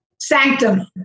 sanctum